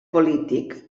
polític